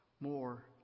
more